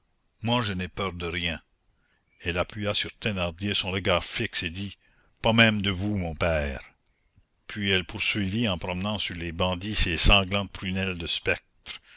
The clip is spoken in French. moi je n'ai peur de rien elle appuya sur thénardier son regard fixe et dit pas même de vous mon père puis elle poursuivit en promenant sur les bandits ses sanglantes prunelles de spectre